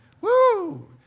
Woo